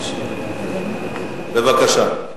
בבקשה.